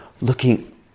looking